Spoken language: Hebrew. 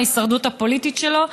בשביל ההישרדות הפוליטית שלו.